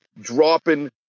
dropping